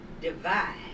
divide